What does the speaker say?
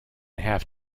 half